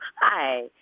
Hi